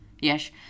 Yes